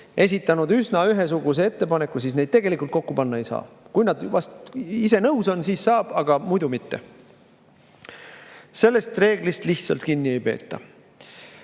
esitanud üsna ühesuguse ettepaneku, neid tegelikult kokku panna ei saa. Kui nad ise nõus on, siis saab, aga muidu mitte. Sellest reeglist kinni ei peeta.